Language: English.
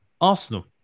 Arsenal